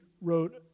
wrote